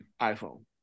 iPhone